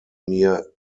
near